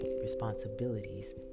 responsibilities